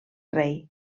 rei